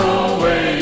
away